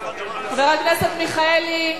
חבר הכנסת מיכאלי,